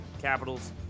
Capitals